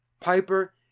Piper